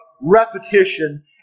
repetition